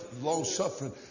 long-suffering